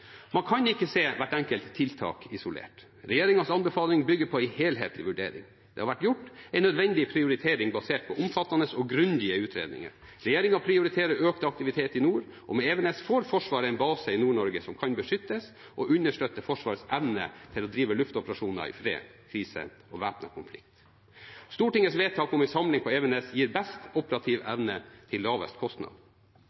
Man kan ikke se hvert enkelt tiltak isolert. Regjeringens anbefaling bygger på en helhetlig vurdering. Det har vært gjort en nødvendig prioritering basert på omfattende og grundige utredninger. Regjeringen prioriterer økt aktivitet i nord, og med Evenes får Forsvaret en base i Nord-Norge som kan beskytte og understøtte Forsvarets evne til å drive med luftoperasjoner i fred, krise og væpnet konflikt. Stortingets vedtak om en samling på Evenes gir best operativ